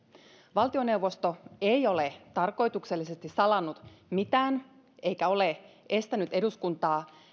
valtioneuvosto ei ole tarkoituksellisesti salannut mitään eikä ole estänyt eduskuntaa